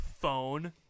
phone